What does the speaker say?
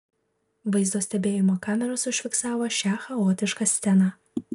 vaizdo stebėjimo kameros užfiksavo šią chaotišką sceną